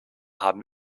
haben